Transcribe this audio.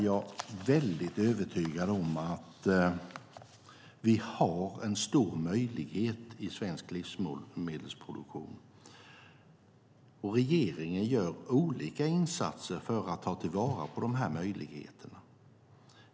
Jag är övertygad om att det finns stora möjligheter i svensk livsmedelsproduktion. Regeringen gör olika insatser för att ta till vara möjligheterna.